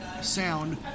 sound